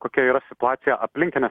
kokia yra situacija aplinkinės